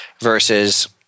versus